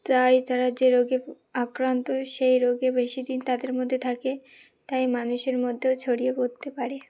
তাই তারা যে রোগে আক্রান্ত সেই রোগে বেশি দিন তাদের মধ্যে থাকে তাই মানুষের মধ্যেও ছড়িয়ে পড়তে পারে